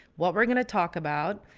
what we're going to talk about,